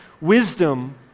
wisdom